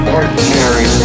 ordinary